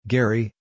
Gary